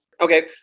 Okay